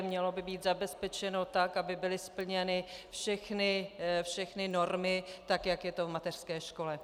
Mělo by být zabezpečeno tak, aby byly splněny všechny normy tak, jak je to v mateřské škole.